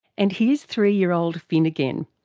and here's three-year-old finn again.